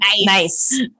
Nice